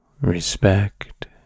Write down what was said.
respect